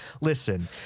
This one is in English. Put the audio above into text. Listen